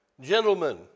Gentlemen